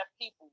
people